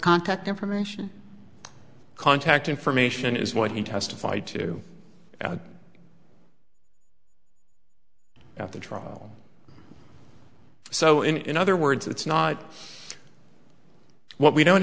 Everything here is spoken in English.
contact information contact information is what he testified to at the trial so in other words it's not what we don't